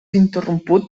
interromput